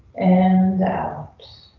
and out.